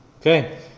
Okay